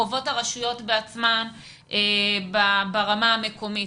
חוות הרשויות בעצמן ברמה המקומית.